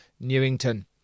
Newington